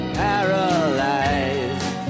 paralyzed